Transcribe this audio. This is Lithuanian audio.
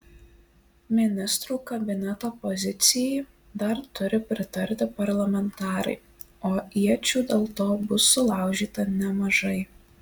ministrų kabineto pozicijai dar turi pritarti parlamentarai o iečių dėl to bus sulaužyta nemažai